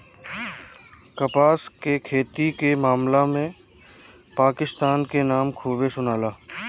कपास के खेती के मामला में पाकिस्तान के नाम खूबे सुनाला